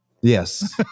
yes